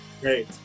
Great